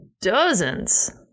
dozens